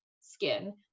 skin